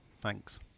Thanks